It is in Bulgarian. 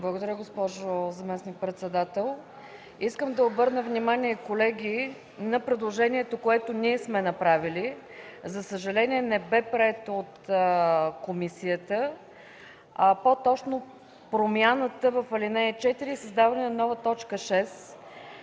Благодаря, госпожо заместник-председател. Колеги, искам да обърна внимание на предложението, което ние сме направили. За съжаление, не беше прието от комисията. По-точно промяната в ал. 4 и създаване на нова т. 6